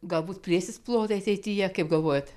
galbūt plėsis plotai ateityje kaip galvojat